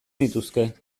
nituzke